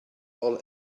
all